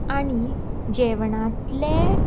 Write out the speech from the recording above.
आनी जेवणांतले